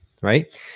right